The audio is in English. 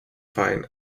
fine